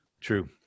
True